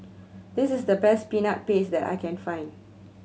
this is the best Peanut Paste that I can find